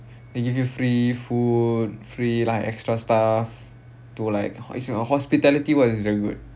ya they will give you they give you free food free like extra stuff to like hos~ hospitality wise was very good